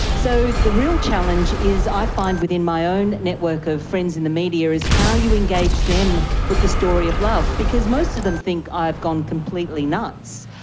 so the real challenge is i find within my own network of friends in the media is how you engage them with the story of love. because most of them think i've gone completely nuts.